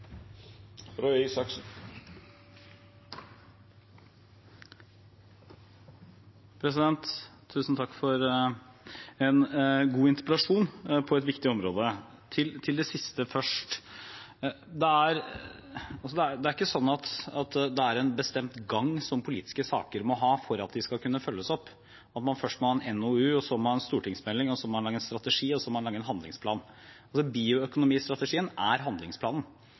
Tusen takk for en god interpellasjon på et viktig område. Til det siste først: Det er ikke sånn at politiske saker må ha en bestemt gang for at de skal kunne følges opp – at man først må ha en NOU, så må man ha en stortingsmelding, så må man lage en strategi, og så må man lage en handlingsplan. Bioøkonomistrategien er handlingsplanen.